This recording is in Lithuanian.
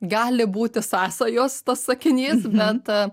gali būti sąsajos tas sakinys bet